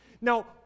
Now